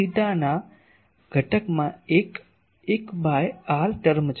Eθ ના ઘટક માં 1 1 બાય r ટર્મ છે